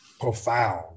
profound